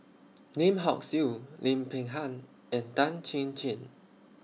Lim Hock Siew Lim Peng Han and Tan Chin Chin